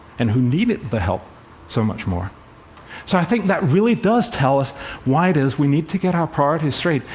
and who needed the help so much more? so i think that really does tell us why it is we need to get our priorities straight.